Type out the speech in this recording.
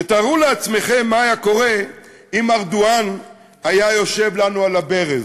תארו לעצמכם מה היה קורה אם ארדואן היה יושב לנו על הברז.